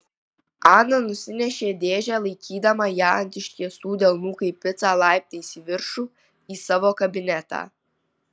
ana nusinešė dėžę laikydama ją ant ištiestų delnų kaip picą laiptais į viršų į savo kabinetą